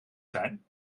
zijn